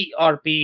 ERP